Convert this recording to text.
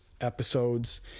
episodes